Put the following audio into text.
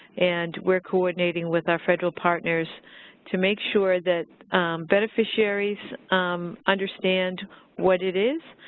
and we're coordinating with our federal partners to make sure that beneficiaries understand what it is